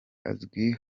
azwi